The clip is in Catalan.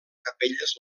capelles